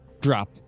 drop